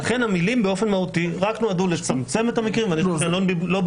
לכן המילים "באופן מהותי" רק נועדו לצמצם את המקרים ולא במקומן.